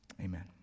Amen